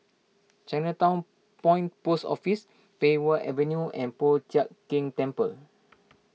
Chinatown Point Post Office Pei Wah Avenue and Po Chiak Keng Temple